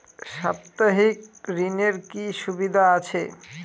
সাপ্তাহিক ঋণের কি সুবিধা আছে?